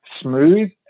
smooth